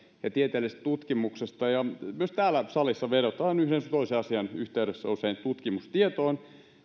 ja tieteellisestä tutkimuksesta myös täällä salissa vedotaan yhden sun toisen asian yhteydessä usein tutkimustietoon